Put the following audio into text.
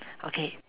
okay